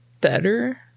better